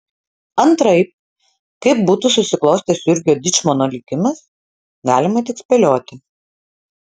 antraip kaip būtų susiklostęs jurgio dyčmono likimas galima tik spėlioti